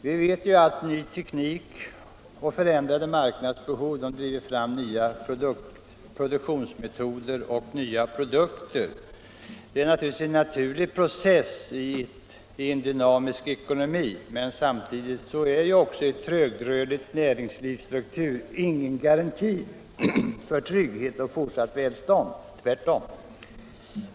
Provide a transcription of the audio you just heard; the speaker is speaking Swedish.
Vi vet att ny teknik och förändrade marknadsbehov driver fram nya produktionsmetoder och nya produkter. Det är en naturlig process i en dynamisk ekonomi. En trögrörlig näringslivsstruktur är inte heller någon garanti för trygghet och fortsatt välstånd — tvärtom.